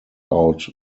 out